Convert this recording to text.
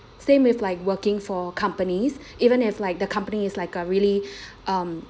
same with like working for companies even if like the company is like a really